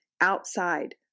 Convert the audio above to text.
outside